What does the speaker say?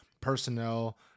personnel